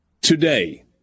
Today